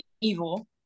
evil